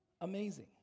Amazing